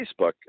Facebook